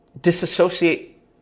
disassociate